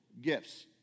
gifts